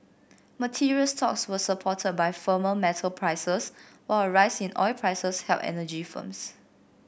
materials stocks were supported by firmer metal prices while a rise in oil prices helped energy firms